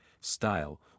style